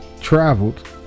traveled